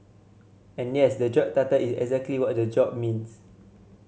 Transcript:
and yes the job title is exactly what the job means